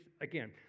again